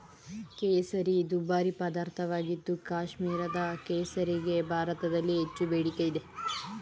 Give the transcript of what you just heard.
ಕೇಸರಿ ದುಬಾರಿ ಪದಾರ್ಥವಾಗಿದ್ದು ಕಾಶ್ಮೀರದ ಕೇಸರಿಗೆ ಭಾರತದಲ್ಲಿ ಹೆಚ್ಚು ಬೇಡಿಕೆ ಇದೆ